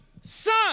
son